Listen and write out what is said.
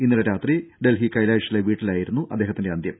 ഇന്നലെ രാത്രി ഡൽഹി കൈലാഷിലെ വീട്ടിലായിരുന്നു അദ്ദേഹത്തിന്റെ അന്ത്യം